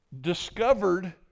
discovered